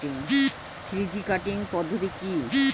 Three G cutting পদ্ধতি কি?